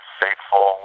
faithful